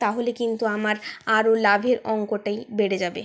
তাহলে কিন্তু আমার আরো লাভের অংকটাই বেড়ে যাবে